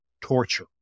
torture